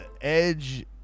edge